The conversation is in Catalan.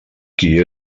qui